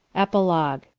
epilogve.